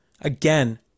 Again